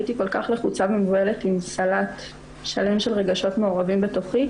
הייתי כל כך לחוצה ומבוהלת עם סלט שלם של רגשות מעורבים בתוכי.